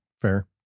fair